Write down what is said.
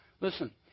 Listen